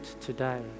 today